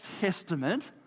testament